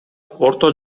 орто